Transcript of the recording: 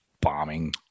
bombing